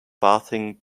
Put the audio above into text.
bathing